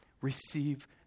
Receive